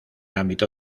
ámbito